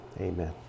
amen